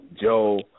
Joe